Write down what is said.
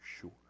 sure